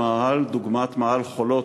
למאהל דוגמת מאהל "חולות"